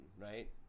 right